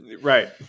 right